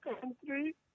country